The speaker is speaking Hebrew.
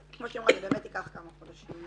אז --- זה באמת ייקח כמה חודשים.